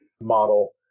model